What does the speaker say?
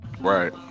Right